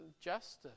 justice